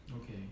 Okay